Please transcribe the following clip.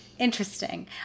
interesting